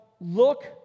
look